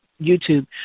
YouTube